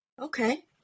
Okay